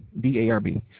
B-A-R-B